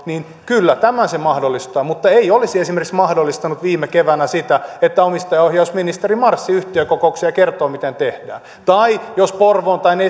niin kyllä tämä sen mahdollistaa mutta ei olisi esimerkiksi mahdollistanut viime keväänä sitä että omistajaohjausministeri marssi yhtiökokoukseen ja kertoi miten tehdään tai jos